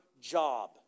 job